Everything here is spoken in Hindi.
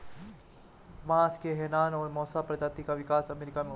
बांस की हैनान और मोसो प्रजातियों का विकास अमेरिका में हो रहा है